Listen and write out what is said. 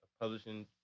publishing